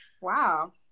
wow